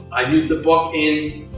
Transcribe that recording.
i use the book in.